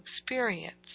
experience